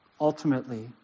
ultimately